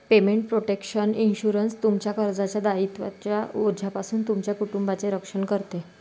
payment protection insurance, तुमच्या कर्जाच्या दायित्वांच्या ओझ्यापासून तुमच्या कुटुंबाचे रक्षण करते